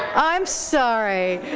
i'm sorry.